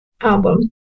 album